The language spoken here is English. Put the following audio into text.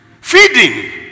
Feeding